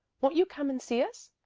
won't you come and see us?